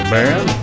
man